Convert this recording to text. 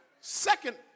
Second